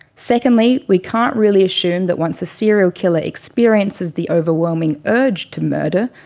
secondly, we can't really assume that once a serial killer experiences the overwhelming urge to murder,